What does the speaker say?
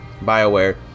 bioware